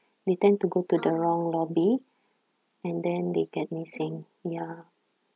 they tend to go to the wrong lobby and then they get missing ya